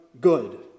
good